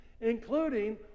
including